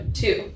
two